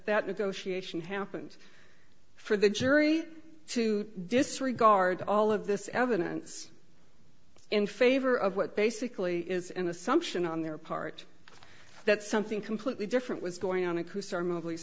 negotiation happened for the jury to disregard all of this evidence in favor of what basically is an assumption on their part that something completely different was going on in qusayr movies